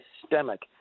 systemic